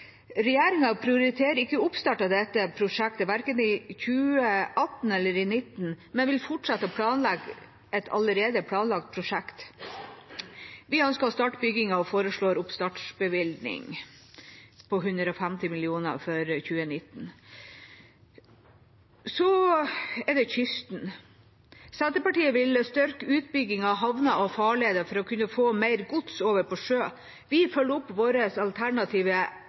Regjeringa prioriterer ikke oppstart av dette prosjektet verken i 2018 eller i 2019, men vil fortsette å planlegge et allerede planlagt prosjekt. Vi ønsker å starte bygging og foreslår en oppstartsbevilgning på 150 mill. kr for 2019. Når det gjelder kysten: Senterpartiet vil styrke utbyggingen av havner og farleder for å kunne få mer gods over på sjø. Vi følger opp vårt alternative